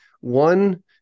One